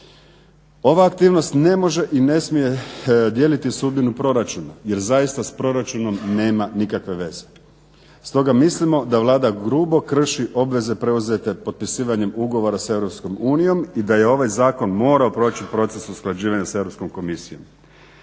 Ova aktivnost ne može i ne smije dijeliti sudbinu proračuna jer zaista s proračunom nema nikakve veze. Stoga mislimo da Vlada grubo krši obveze preuzete potpisivanjem ugovora s EU i da je ovaj zakon morao proći proces usklađivanja s